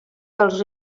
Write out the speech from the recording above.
dels